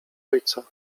ojca